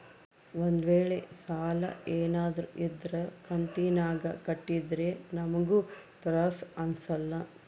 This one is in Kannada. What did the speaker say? ಒಂದ್ವೇಳೆ ಸಾಲ ಏನಾದ್ರೂ ಇದ್ರ ಕಂತಿನಾಗ ಕಟ್ಟಿದ್ರೆ ನಮ್ಗೂ ತ್ರಾಸ್ ಅಂಸಲ್ಲ